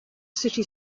city